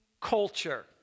culture